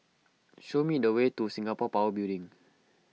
show me the way to Singapore Power Building